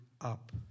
up